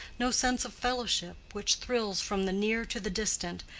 no sense of fellowship which thrills from the near to the distant,